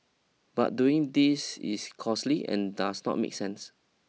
but doing this is costly and does not make sense